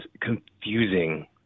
confusing